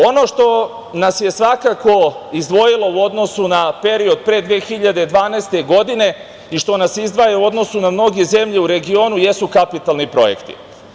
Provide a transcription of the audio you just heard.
Ono što nas je svakako izdvojilo u odnosu na period pre 2012. godine i što nas izdvaja u odnosu na mnoge zemlje u regionu jesu kapitalni projekti.